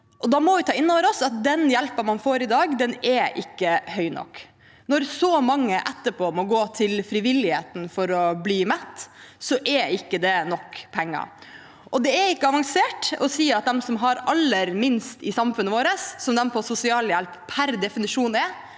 Da må vi ta inn over oss at den hjelpen man får i dag, ikke er god nok. Når så mange må gå til frivilligheten etterpå for å bli mette, er det ikke nok penger. Det er ikke avansert å si at de som har aller minst i samfunnet vårt, som de som mottar sosialhjelp per definisjon har